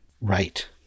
right